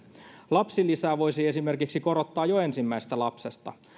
lapsilisää voisi esimerkiksi korottaa jo ensimmäisestä lapsesta